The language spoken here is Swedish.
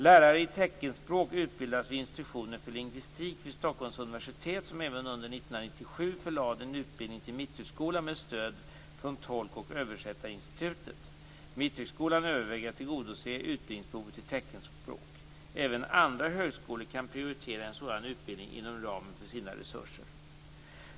Lärare i teckenspråk utbildas vid institutionen för lingvistik vid Stockholms universitet, som även under 1997 förlade en utbildning till Mitthögskolan med stöd från Tolk och översättarinstitutet. Mitthögskolan överväger att tillgodose utbildningsbehovet i teckenspråk. Även andra högskolor kan prioritera en sådan utbildning inom ramen för sina resurser.